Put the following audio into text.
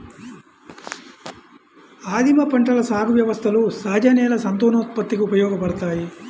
ఆదిమ పంటల సాగు వ్యవస్థలు సహజ నేల సంతానోత్పత్తికి ఉపయోగపడతాయి